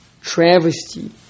travesty